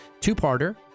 Two-parter